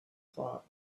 thought